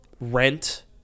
Rent